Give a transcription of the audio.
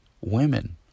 women